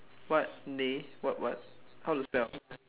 what lay what what how to spell